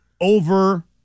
over